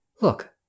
Look